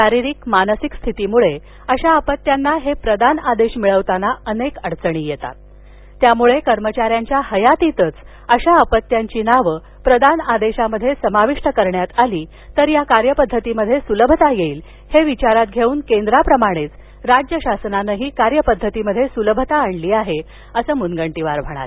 शारीरिक मानसिक स्थितीमुळे अशा अपत्यांना हे प्रदान आदेश मिळवताना अनेक अडचणी येतात त्यामुळे कर्मचाऱ्यांच्या हयातीतच अशा अपत्यांची नावे प्रदान आदेशात समाविष्ट करण्यात आली तर या कार्यपद्धतीत सुलभता येईल हे विचारात घेऊन केंद्राप्रमाणे राज्य शासनानंही कार्यपद्धतीत सुलभता आणली आहे असं मुनगंटीवार म्हणाले